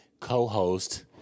co-host